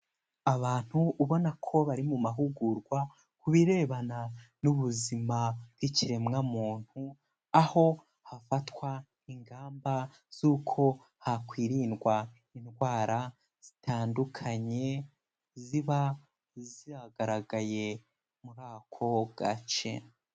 Abantu ubona ko bari mu mahugurwa, ku birebana n'ubuzima bw'ikiremwamuntu, aho hafatwa ingamba z'uko hakwirindwa indwara zitandukanye, ziba zagaragaye muri ako gace.